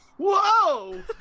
Whoa